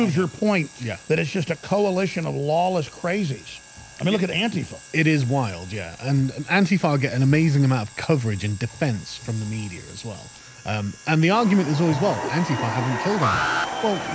your point. yes that it's just a coalition of lawless crazies i mean look at auntie fuck it is wild yeah, and um auntie file get an amazing amount of coverage and defense from the media as well um and the argument is always well, and if i haven't killed anyone well,